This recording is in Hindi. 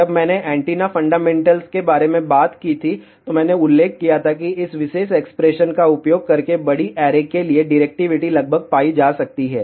जब मैंने एंटीना फंडामेंटल्स के बारे में बात की थी तो मैंने उल्लेख किया था कि इस विशेष एक्सप्रेशन का उपयोग करके बड़ी ऐरे के लिए डिरेक्टिविटी लगभग पाई जा सकती है